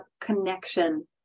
connection